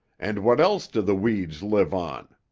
and what else do the weeds live on?